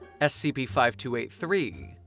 SCP-5283